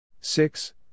six